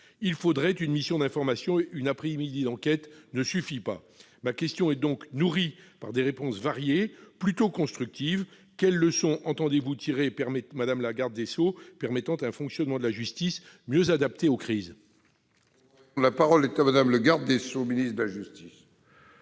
de jugement. Une mission d'information serait nécessaire, une après-midi d'enquête ne suffit pas. Ma question est donc nourrie par des réponses variées, plutôt constructives : quelles leçons entendez-vous tirer de cette période, madame la garde des sceaux, afin de permettre un fonctionnement de la justice mieux adapté aux crises ? La parole est à Mme la garde des sceaux, ministre de la justice.